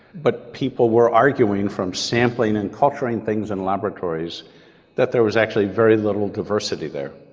but people were arguing from sampling and culturing things in laboratories that there was actually very little diversity there.